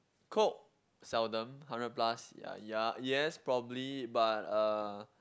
Coke seldom hundred plus ya ya yes probably but uh